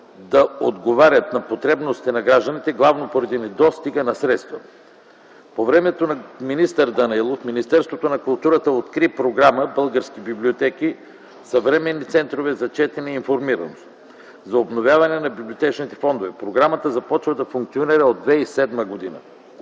да отговарят на потребностите на гражданите главно поради недостига на средства. По времето на министър Данаилов Министерството на културата откри програма „Български библиотеки – съвременни центрове за четене и информираност” за обновяване на библиотечните фондове. Програмата започва да функционира от 2007 г.